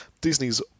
Disney's